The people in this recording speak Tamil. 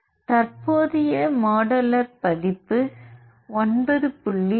மாடலர் தற்போதைய பதிப்பு 9